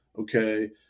okay